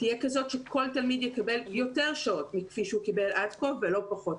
תהיה כזאת שכל תלמיד יקבל יותר שעות מכפי שהוא קיבל עד כה ולא פחות.